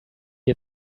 had